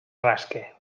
rasque